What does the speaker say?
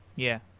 yeah.